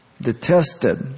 detested